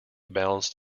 balanced